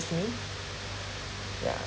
recently ya